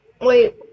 Wait